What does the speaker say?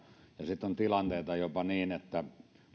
sitten on tilanteita jopa niin että